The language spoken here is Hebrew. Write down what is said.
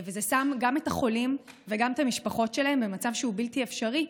זה שם גם את החולים וגם את המשפחות שלהם במצב שהוא בלתי אפשרי,